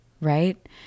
right